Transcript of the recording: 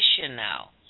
now